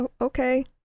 Okay